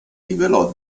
rivelò